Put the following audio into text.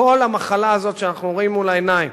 כל המחלה הזאת שאנחנו רואים מול העיניים